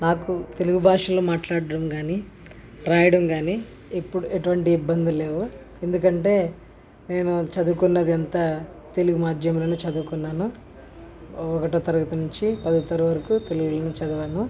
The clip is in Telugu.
నాకు తెలుగు భాషలో మాట్లాడటం కానీ రాయటం కానీ ఎప్పుడూ ఎటువంటి ఇబ్బంది లేవు ఎందుకంటే నేను చదువుకున్నది అంతా తెలుగు మాధ్యంలోనే చదువుకున్నాను ఒకటో తరగతి నుంచి పదవ తరగతి వరకు తెలుగులోనే చదివాను